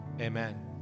Amen